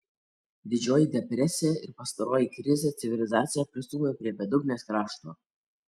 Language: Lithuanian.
didžioji depresija ir pastaroji krizė civilizaciją pristūmė prie bedugnės krašto